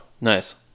Nice